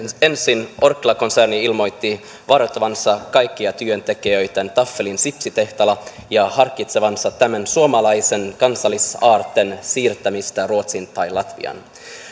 ensin orkla konserni ilmoitti varoittavansa kaikkia työntekijöitään taffelin sipsitehtaalla yt neuvotteluista ja harkitsevansa tämän suomalaisen kansallisaarteen siirtämistä ruotsiin tai latviaan